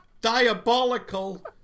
diabolical